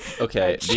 okay